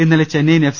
ഇന്നലെ ചെന്നൈയിൻ എ ഫ്